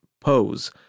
pose